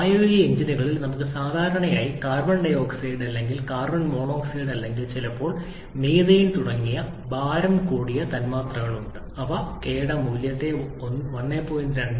പ്രായോഗിക എഞ്ചിനുകളിൽ നമുക്ക് സാധാരണയായി കാർബൺ ഡൈ ഓക്സൈഡ് അല്ലെങ്കിൽ കാർബൺ മോണോക്സൈഡ് അല്ലെങ്കിൽ ചിലപ്പോൾ മീഥെയ്ൻ തുടങ്ങിയ ഭാരം കൂടിയ തന്മാത്രകളുണ്ട് അവ k യുടെ മൂല്യത്തെ 1